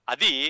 Adi